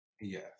Yes